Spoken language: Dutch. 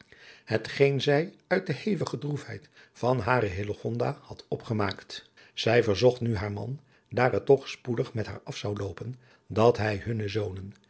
geen zij uit de hevige droef heid van hare hillegonda had opgemaakt zij verzocht nu haar man daar het toch spoedig met haar af zou loopen dat hij hunne zonen